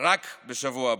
רק בשבוע הבא.